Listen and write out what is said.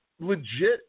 legit